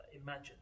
imagine